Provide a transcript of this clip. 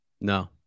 No